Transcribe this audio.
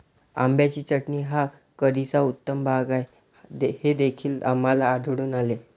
आंब्याची चटणी हा करीचा उत्तम भाग आहे हे देखील आम्हाला आढळून आले